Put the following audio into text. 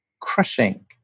crushing